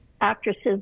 actresses